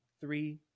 three